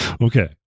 Okay